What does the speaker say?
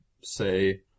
say